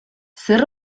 zer